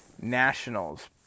Nationals